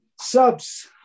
Subs